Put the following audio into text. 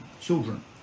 children